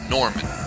Norman